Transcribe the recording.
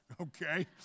Okay